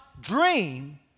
dream